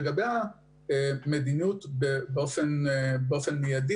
לגבי המדיניות המידית,